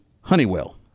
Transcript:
Honeywell